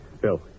Bill